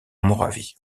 moravie